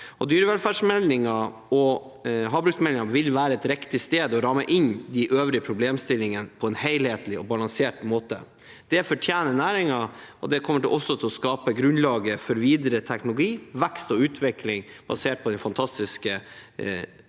Dyrevelferdsmeldingen og havbruksmeldingen vil være et riktig sted å ramme inn de øvrige problemstillingene på en helhetlig og balansert måte. Det fortjener næringen, og det kommer også til å skape grunnlag for videre teknologi, vekst og utvikling basert på den fantastiske kunnskapen